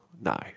No